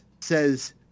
says